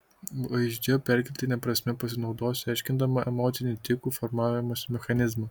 vaizdžia perkeltine prasme pasinaudosiu aiškindama emocinį tikų formavimosi mechanizmą